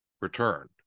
returned